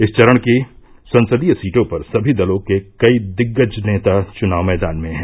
इस चरण की संसदीय सीटों पर सभी दलों के कई दिग्गज नेता चुनाव मैदान में हैं